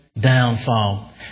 downfall